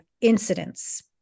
incidents